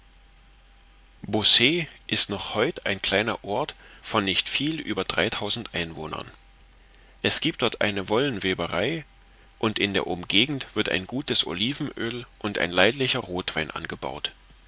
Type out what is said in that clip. beausset ist noch heut ein kleiner ort von nicht viel über einwohnern es gibt dort eine wollenweberei und in der umgegend wird ein gutes olivenöl und ein leidlicher rothwein gebaut